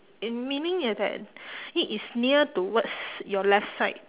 uh meaning is that it is near towards your left side